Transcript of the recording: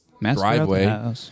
driveway